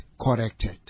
corrected